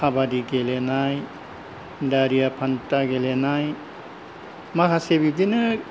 बादि गेलेनाय दारिया फान्था गेलेनाय माखासे बिदिनो